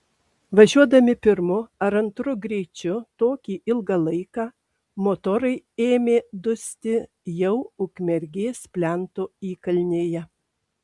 važiuodami pirmu ar antru greičiu tokį ilgą laiką motorai ėmė dusti jau ukmergės plento įkalnėje